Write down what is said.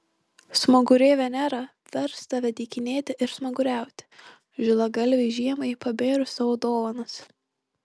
smagurė venera vers tave dykinėti ir smaguriauti žilagalvei žiemai pabėrus savo dovanas